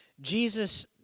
Jesus